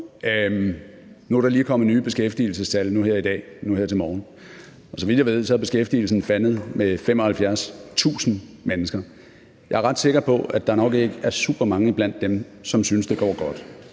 Nu er der lige kommet nye beskæftigelsestal her i dag – her til morgen – og så vidt jeg ved, er beskæftigelsen faldet med 75.000 mennesker. Jeg er ret sikker på, at der nok ikke er super mange iblandt dem, som synes, det går godt.